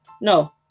No